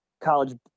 college